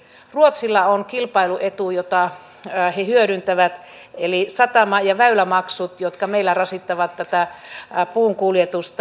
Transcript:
ruotsilla on kilpailuetu jota he hyödyntävät eli satama ja väylämaksut jotka meillä rasittavat tätä puun kuljetusta